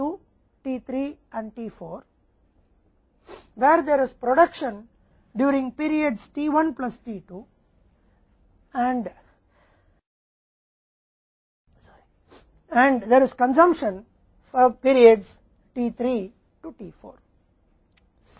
तो चक्र में 4 समय अवधि t 1 t 2 t 3 और t 4 शामिल हैं जहां पीरियड्स टt 1 प्लस t 2 के दौरान उत्पादन होता है और पीरियड्स t 3 और t 4 के लिए खपत होती है